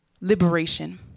liberation